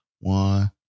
one